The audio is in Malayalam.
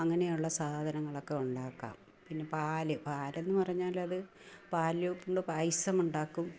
അങ്ങനെയുള്ള സാധനങ്ങളൊക്കെ ഉണ്ടാക്കാം പിന്നെ പാല് പാലെന്നു പറഞ്ഞാലത് പാലു കൊണ്ട് പായസമുണ്ടാക്കും